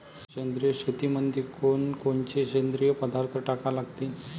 सेंद्रिय शेतीमंदी कोनकोनचे सेंद्रिय पदार्थ टाका लागतीन?